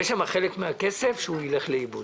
חלק מהכסף שם ילך לאיבוד.